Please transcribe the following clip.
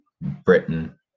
Britain